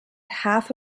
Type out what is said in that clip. half